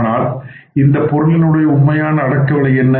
ஆனால் இந்தப் பொருளின் உடைய உண்மையான அடக்க விலை என்ன